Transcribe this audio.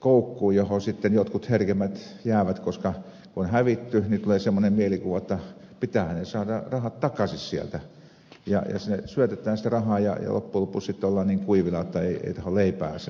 koukkuun johon sitten jotkut herkemmät jäävät koska kun on hävitty tulee semmoinen mielikuva että pitäähän saada ne rahat takaisin sieltä ja sinne syötetään sitä rahaa ja loppujen lopuksi sitten ollaan niin kuivina että ei tahdo oikein leipää saada